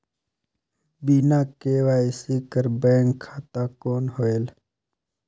बिना के.वाई.सी कर बैंक खाता कौन होएल?